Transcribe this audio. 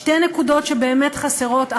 שתי נקודות חסרות.